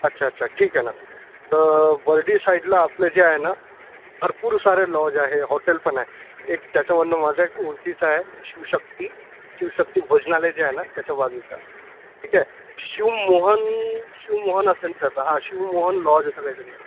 अच्छा अच्छा ठीक आहे न बर्डी साईडला आपलं जे आहे न भरपूर सारे लॉज आहे हॉटेल पण आहे एक त्याच्यामधनं एक माझ्या ओळखीचा आहे शिवशक्ती शिवशक्ती भोजनालय जे आहे न त्याच्या बाजूचा ठीक आहे शिवमोहन शिवमोहन असेन त्याचा हं शिवमोहन लॉज असं काही तरी आहे